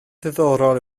ddiddorol